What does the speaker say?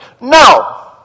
No